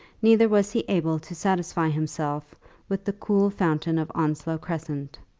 neither was he able to satisfy himself with the cool fountain of onslow crescent.